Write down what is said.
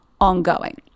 ongoing